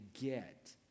get